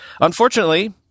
Unfortunately